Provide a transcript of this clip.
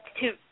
two